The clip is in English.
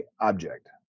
object